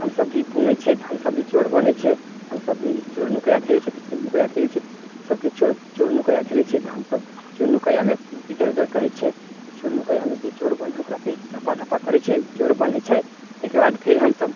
हमसभ भी पोंगै छियै तऽ हमसभ भी चोर बनै छियै हमसभ भी चोर नुकैया खेलै छियै तऽ चोर नुकैया खेलै छियै सभ कोइ चोर चोर नुकैया खेलै छियै तऽ हमसभ चोर नुकैयामे इधर उधर करय छियै तऽ चोर नुकैयामे जे चोर बनय हइ ओकरा फेर चप्पा धपा करय छियै चोर बनय छै तैके बाद फेर हमसभ